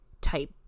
type